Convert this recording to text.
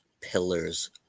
pillars